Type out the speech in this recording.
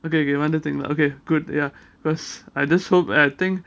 okay okay வந்துடீங்களா:vandhuteengala okay good ya because I just hope I think